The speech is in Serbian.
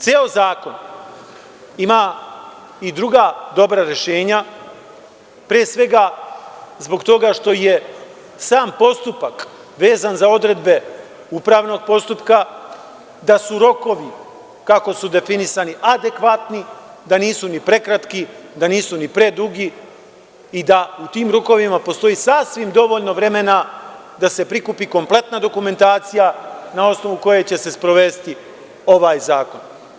Ceo zakon ima i druga dobra rešenja, pre svega, zbog toga što je sam postupak vezan za odredbe upravnog postupka, da su rokovi kako su definisani adekvatni, da nisu ni prekratki, da nisu ni predugi, i da u tim rokovima postoji sasvim dovoljno vremena da se prikupi kompletna dokumentacija na osnovu koje će se sprovesti ovaj zakon.